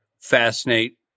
fascinate